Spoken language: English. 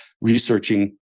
researching